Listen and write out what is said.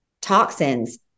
toxins